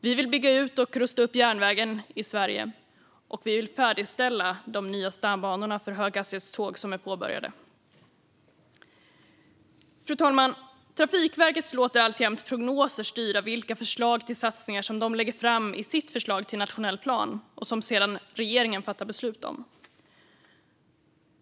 Vi vill bygga ut och rusta upp järnvägen i Sverige, och vi vill färdigställa de nya stambanor för höghastighetståg som påbörjats. Fru talman! Trafikverket låter alltjämt prognoser styra vilka förslag till satsningar som de lägger fram i sitt förslag till nationell plan, som regeringen sedan fattar beslut om.